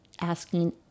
asking